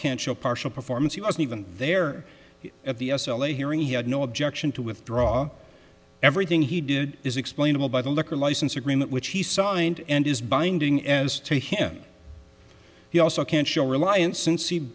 can show partial performance he wasn't even there at the s l a hearing he had no objection to withdraw everything he did is explainable by the liquor license agreement which he signed and is binding as to him you also can show reliance